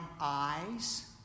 eyes